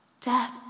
Death